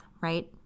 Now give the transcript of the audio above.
right